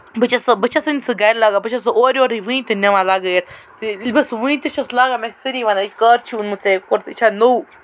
بہٕ چھَس سۄ بہٕ چھےٚ سن سۄ گرِ لگان بہٕ چھَس سۄ اورٕ یورٕے ونہِ تہِ نِوان لَگٲوِتھ یہِ گوٚژھ ؤنۍ تہِ چھُس لَگان مےٚ چھِ سٲری وَنان کَر چھُ یہِ اونمُت یہِ کُرتہٕ یہِ نٔے